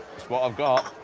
it's what i've got.